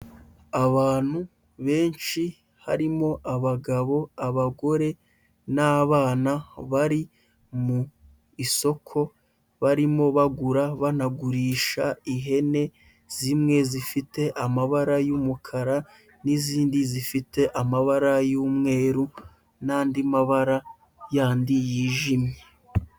Abantu benshi harimo abagabo, abagore n'abana bari mu isoko barimo bagura banagurisha ihene zimwe zifite amabara y'umukara n'izindi zifite amabara y'umweru n'andi mabara yandi yijimye.